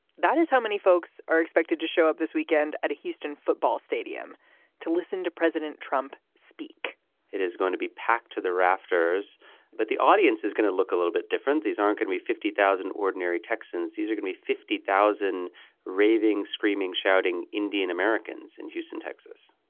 that is how many folks are expected to show up this weekend at a houston football stadium to listen to president trump speak it is going to be packed to the rafters but the audience is going to look a little bit different these aren't could we fifty thousand ordinary texans. these are gonna be fifty thousand raving screaming shouting indian americans in houston texas